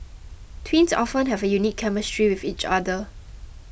twins often have a unique chemistry with each other